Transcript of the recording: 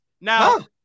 Now